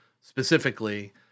specifically